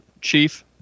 chief